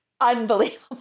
unbelievable